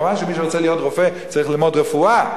מובן שמי שרוצה להיות רופא צריך ללמוד רפואה.